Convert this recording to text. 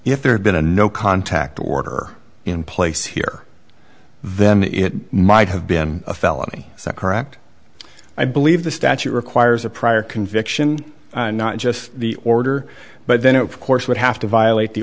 if there had been a no contact order in place here then it might have been a felony is that correct i believe the statute requires a prior conviction not just the order but then it course would have to violate the